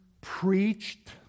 preached